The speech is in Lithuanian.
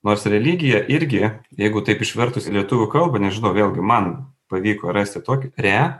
nors religija irgi jeigu taip išvertus į lietuvių kalbą nežinau vėlgi man pavyko rasti tokį re